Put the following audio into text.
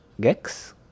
Gex